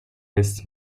jest